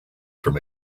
from